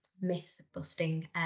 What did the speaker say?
myth-busting